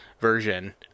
version